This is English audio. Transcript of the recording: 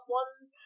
ones